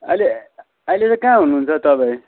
अहिले अहिले चाहिँ कहाँ हुनुहुन्छ तपाईँ